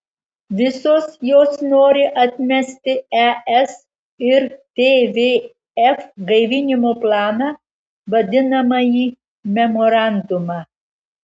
visos jos nori atmesti es ir tvf gaivinimo planą vadinamąjį memorandumą